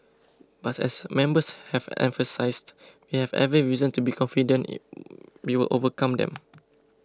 but as members have emphasised we have every reason to be confident we will overcome them